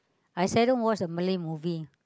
I seldom watch a Malay movie